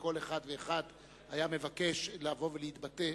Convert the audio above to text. כל אחד ואחד היה מבקש לבוא ולהתבטא,